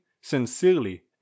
sincerely